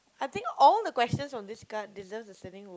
I think all the questions from this card deserves a standing o~